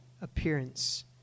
appearance